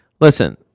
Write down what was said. Listen